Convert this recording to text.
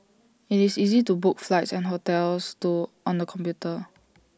IT is easy to book flights and hotels to on the computer